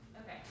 Okay